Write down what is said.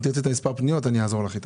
אם תרצי את מספר הפניות, אני אעזור לך.